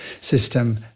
system